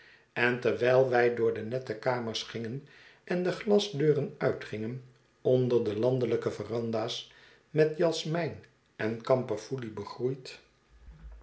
en terwijl wij door de nette kamers gingen en de glasdeuren uitgingen onder de landelijke veranda's met jasmijn en kamperfoelie begroeid